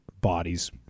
bodies